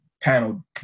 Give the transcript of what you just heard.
panel